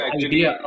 idea